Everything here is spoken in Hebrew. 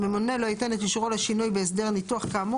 הממונה לא ייתן את אישורו לשינוי בהסדר ניתוח כאמור